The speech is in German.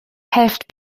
helft